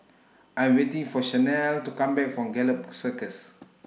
I'm waiting For Shanell to Come Back from Gallop Circus